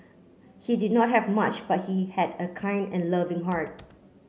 he did not have much but he had a kind and loving heart